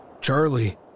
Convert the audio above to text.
Charlie